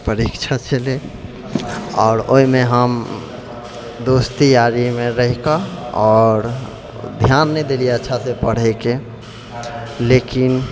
परीक्षा छलै आओर ओहिमे हम दोस्ती यारीमे रहिकऽ आओर धिआन नहि देलिए अच्छासँ पढ़ैके लेकिन